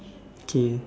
okay